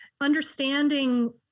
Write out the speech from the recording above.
understanding